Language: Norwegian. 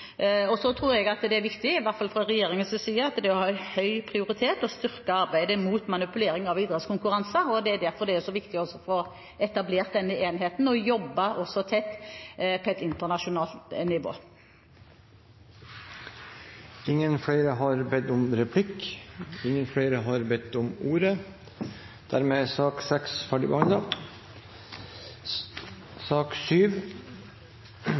Så tror jeg det er viktig, i hvert fall fra regjeringens side, at det har høy prioritet å styrke arbeidet mot manipulering av idrettskonkurranser. Det er derfor det er så viktig å få etablert denne enheten og jobbe tett også på et internasjonalt nivå. Replikkordskiftet er slutt. Flere har ikke bedt om